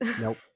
Nope